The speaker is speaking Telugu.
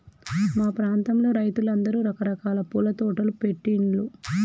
మా ప్రాంతంలో రైతులందరూ రకరకాల పూల తోటలు పెట్టిన్లు